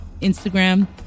instagram